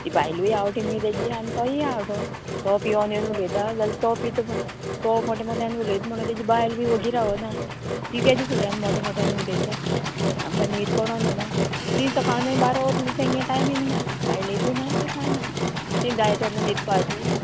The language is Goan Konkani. ती बायलूय आवटी मिगे तेजी आनी तोयी आवटो तो पियोन येवन उलयता जाल्यार तो पिता म्हणोन तो मोटे मोट्यान उलयत म्हणून तेजी बायल बी वोगी रावना ती तेजी फुडल्यान मोटे मोट्यान उलयता आमकां न्हीद पडो दिना ती सकाळ न्हय बारा वरां तेंगे टायमींग ना बायलेकूय ना तें कांय ना तीं जाय तेन्ना न्हिदपाची